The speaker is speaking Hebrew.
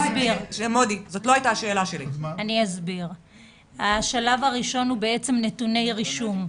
השלב הראשון הוא נתוני רישום.